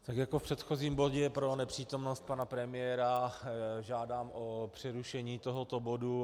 Tak jako v předchozím bodě pro nepřítomnost pana premiéra žádám o přerušení tohoto bodu.